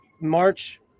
March